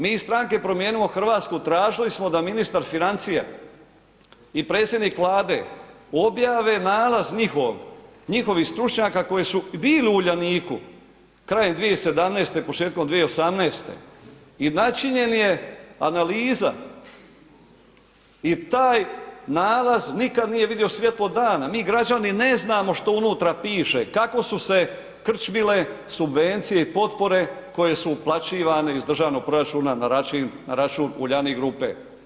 Mi iz stranke Promijenimo Hrvatsku tražili smo da ministar financija i predsjednik Vlade objave nalaz njihov, njihovih stručnjaka koji su bili u Uljaniku krajem 2017., početkom 2018. i načinjena je analiza i taj nalaz nikad nije vidio svjetlo dana, mi građani ne znamo što unutra piše, kako su krčmile subvencije i potpore koje su uplaćivane iz državnog proračuna na račun Uljanik grupe.